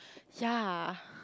yea